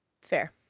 Fair